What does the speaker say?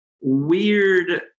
weird